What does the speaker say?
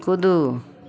कुदू